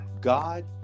god